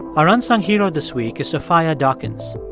our unsung hero this week is sophia dawkins.